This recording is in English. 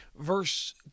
verse